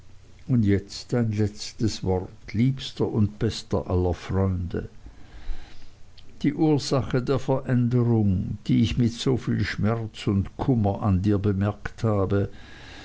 und jetzt ein letztes wort liebster und bester aller freunde die ursache der veränderung die ich mit so viel schmerz und kummer an dir bemerkt habe